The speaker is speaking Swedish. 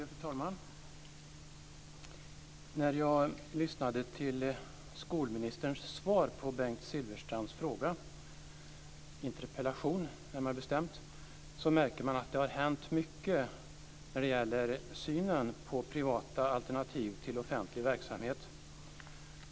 Fru talman! När jag lyssnade på skolministerns svar på Bengt Silfverstrands interpellation märkte jag att det har hänt mycket när det gäller synen på privata alternativ till offentlig verksamhet.